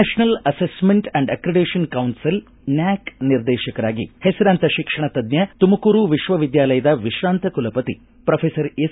national assessment and accreditation council NAAC ನಿರ್ದೇಶಕರಾಗಿ ಹೆಸರಾಂತ ಶಿಕ್ಷಣ ತಜ್ಜ ತುಮಕೂರು ವಿಶ್ವವಿದ್ಯಾಲಯದ ವಿಶ್ರಂತ ಕುಲಪತಿ ಪ್ರೊಫೆಸರ್ ಎಸ್